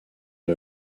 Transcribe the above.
est